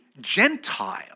Gentile